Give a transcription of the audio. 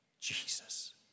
Jesus